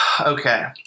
Okay